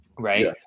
right